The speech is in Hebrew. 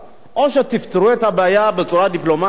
או שתפתרו את הבעיה בצורה דיפלומטית,